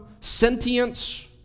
sentience